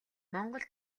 монгол